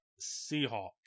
Seahawks